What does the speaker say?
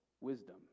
wisdom